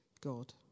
God